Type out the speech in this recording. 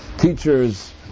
teachers